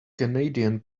canadian